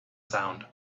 sound